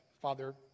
Father